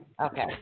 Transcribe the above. Okay